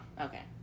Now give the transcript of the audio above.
Okay